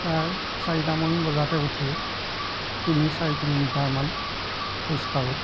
প্ৰায় চাৰিটামান বজাতে উঠি তিনি চাৰি কিলোমিটাৰমান খোজককাঢ়ো